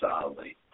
solidly